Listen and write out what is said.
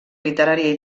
literària